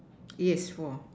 yes four